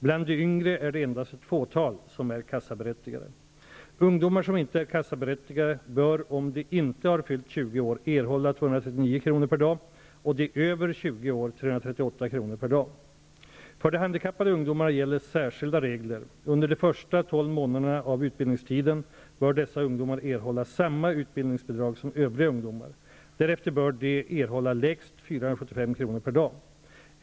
Bland de yngre är det endast ett fåtal som är kassaberät tigade. Ungdomar som inte är kassaberättigade bör, om de inte har fyllt 20 år, erhålla 239 kr. per dag och de över 20 år 338 kr. per dag. För de handikappade ungdomarna gäller sär skilda regler. Under de första tolv månaderna av utbildningstiden bör dessa ungdomar erhålla samma utbildningsbidrag som övriga ungdomar. Därefter bör de erhålla lägst 475 kr. per dag.